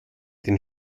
den